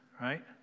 right